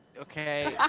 Okay